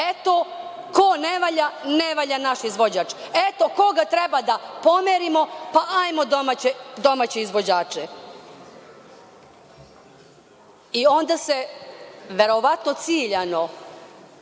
eto ko ne valja, ne volja naš izvođač, eto koga treba da pomerimo, pa hajmo domaće izvođače i onda se verovatno ciljano